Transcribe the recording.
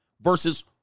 versus